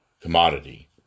commodity